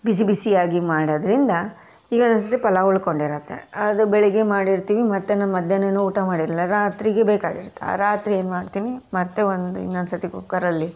ಬಿಸಿ ಬಿಸಿಯಾಗಿ ಮಾಡೋದರಿಂದ ಈಗ ಒಂದೊಂದು ಸರ್ತಿ ಪಲಾವ್ ಉಳ್ಕೊಂಡಿರುತ್ತೆ ಅದು ಬೆಳಗ್ಗೆ ಮಾಡಿರ್ತೀವಿ ಮತ್ತು ನಾವು ಮಧ್ಯಾಹ್ನನೂ ಊಟ ಮಾಡಿರೊಲ್ಲ ರಾತ್ರಿಗೆ ಬೇಕಾಗಿರುತ್ತೆ ಆ ರಾತ್ರಿ ಏನು ಮಾಡ್ತೀನಿ ಮತ್ತೆ ಒಂದು ಇನ್ನೊಂದು ಸರ್ತಿ ಕುಕ್ಕರಲ್ಲಿ